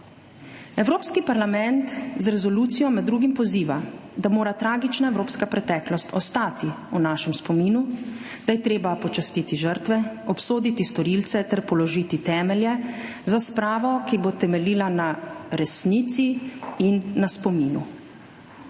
Evropski parlament z resolucijo med drugim poziva, da mora tragična evropska preteklost ostati v našem spominu, da je treba počastiti žrtve, obsoditi storilce ter položiti temelje za spravo, ki bo temeljila na resnici in na spominu.